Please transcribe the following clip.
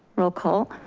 roll call.